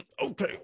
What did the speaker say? Okay